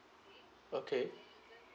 okay